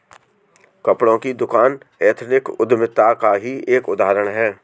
कपड़ों की दुकान एथनिक उद्यमिता का ही एक उदाहरण है